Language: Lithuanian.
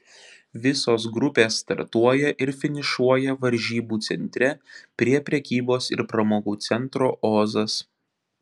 visos grupės startuoja ir finišuoja varžybų centre prie prekybos ir pramogų centro ozas